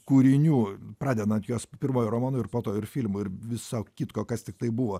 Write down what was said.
kūrinių pradedant jos pirmuoju romanu ir po to ir filmu ir viso kitko kas tiktai buvo